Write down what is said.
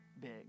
big